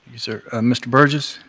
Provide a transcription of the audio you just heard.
sir. mr. burgess?